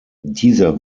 dieser